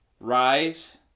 rise